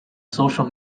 social